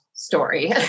story